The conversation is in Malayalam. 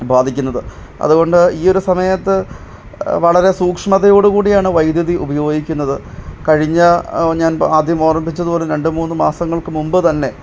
ബാധിക്കുന്നത് അതുകൊണ്ട് ഈ ഒരു സമയത്ത് വളരെ സൂക്ഷ്മതയോടു കൂടിയാണ് വൈദ്യുതി ഉപയോഗിക്കുന്നത് കഴിഞ്ഞ ഞാൻ ആദ്യം ഓർമിപ്പിച്ചത് പോലെ രണ്ടു മൂന്ന് മാസങ്ങൾക്കു മുൻപ് തന്നെ